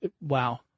Wow